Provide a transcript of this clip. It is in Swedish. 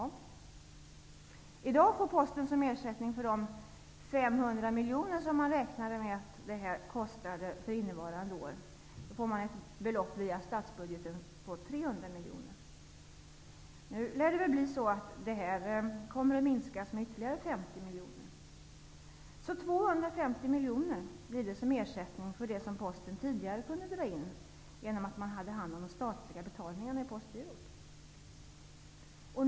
I dag får Posten via statsbudgeten, som ersättning för de 500 miljoner som man beräknar att det kostar för innevarande år, ett belopp på 300 miljoner. Det lär bli så att beloppet minskas med ytterligare 50 miljoner. Det blir 250 miljoner, som ersättning för det som Posten tidigare kunde dra in genom att man hade hand om de statliga betalningarna i Postgirot.